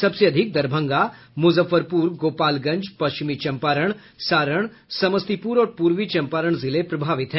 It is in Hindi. सबसे अधिक दरभंगा मुजफ्फरपुर गोपालगंज पश्चिमी चंपारण सारण समस्तीपुर और पूर्वी चंपारण जिले प्रभावित हैं